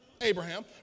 Abraham